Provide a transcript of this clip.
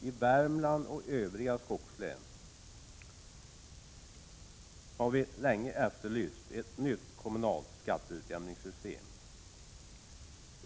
I Värmland och övriga skogslän har vi länge efterlyst ett nytt kommunalt skatteutjämningssystem.